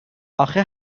اخه